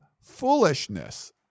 foolishness